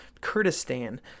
Kurdistan